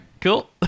Cool